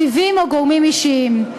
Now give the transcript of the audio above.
ריבים או גורמים אישיים,